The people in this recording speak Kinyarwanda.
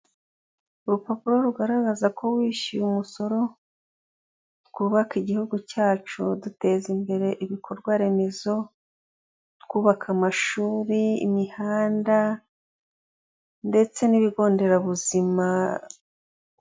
Urupapuro rugaragaza ko wishyuye umusoro, twubake igihugu cyacu duteza imbere ibikorwa remezo, twubaka amashuri, imihanda, ndetse n'ibigo nderanbuzima.